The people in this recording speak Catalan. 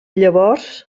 llavors